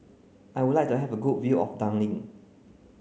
I would like to have a good view of Dublin